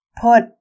put